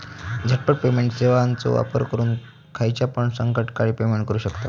झटपट पेमेंट सेवाचो वापर करून खायच्यापण संकटकाळी पेमेंट करू शकतांव